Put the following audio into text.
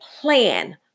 plan